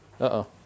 Uh-oh